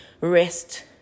rest